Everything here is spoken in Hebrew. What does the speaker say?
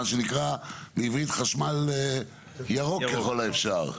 מה שנקרא בעברית, חשמל ירוק ככל האפשר.